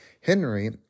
Henry